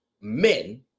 men